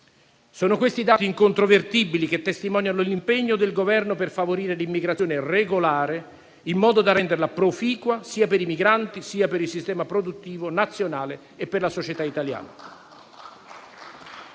Sono questi i dati incontrovertibili che testimoniano l'impegno del Governo per favorire l'immigrazione regolare, in modo da renderla proficua sia per i migranti sia per il sistema produttivo nazionale e la società italiana.